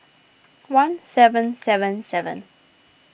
one seven seven seven